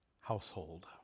household